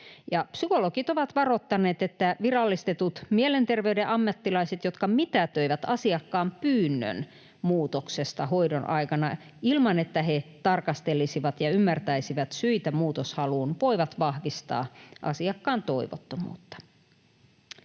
psykologit ovat varoittaneet, että virallistetut mielenterveyden ammattilaiset, jotka mitätöivät asiakkaan pyynnön muutoksesta hoidon aikana ilman, että he tarkastelisivat ja ymmärtäisivät syitä muutoshaluun, voivat vahvistaa asiakkaan toivottomuutta.